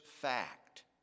fact